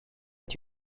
est